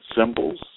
symbols